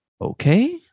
Okay